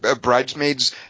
Bridesmaids